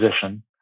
position